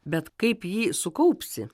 bet kaip jį sukaupsi